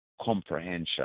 comprehension